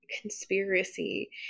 conspiracy